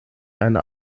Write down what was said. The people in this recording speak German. eine